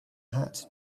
hat